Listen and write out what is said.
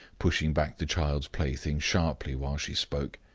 pushing back the child's plaything sharply while she spoke.